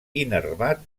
innervat